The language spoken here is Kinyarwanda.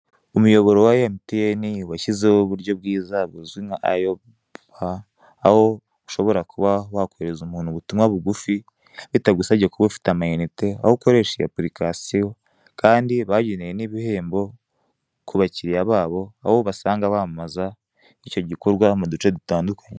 Umuboro wa emutiyeni washyizeho uburyo bwiza buzwi nka ayoba, aho ushobora kuba wakohereza umuntu ubutumwa bugufi bitagusabye kuba ufite amayinite, aho ukoresha apurikasiyo kandi bageneye n'ibihembo ku bakiliya babo, aho ubasanga bamamaza icyo gikorwa mu duce dutandukanye.